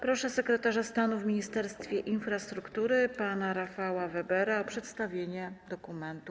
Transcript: Proszę sekretarza stanu w Ministerstwie Infrastruktury pana Rafała Webera o przedstawienie dokumentu.